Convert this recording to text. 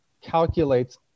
calculates